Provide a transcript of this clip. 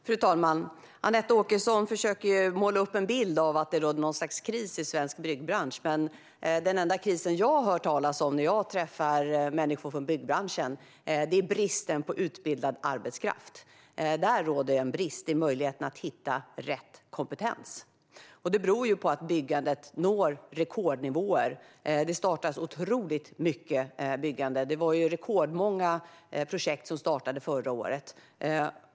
Fru talman! Anette Åkesson försöker måla upp en bild av att det råder en kris i svensk byggbransch, men den enda kris jag hör om när jag träffar människor i byggbranschen är bristen på utbildad arbetskraft och rätt kompetens. Detta beror på att byggandet når rekordnivåer. Det startades ju rekordmånga projekt förra året.